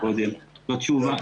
זאת תשובה.